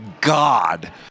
God